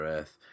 Earth